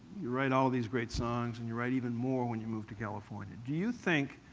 you write all these great songs, and you write even more when you move to california. do you think,